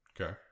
Okay